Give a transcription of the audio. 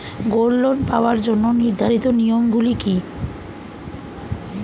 Gold loan পাওয়ার জন্য নির্ধারিত নিয়ম গুলি কি?